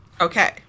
Okay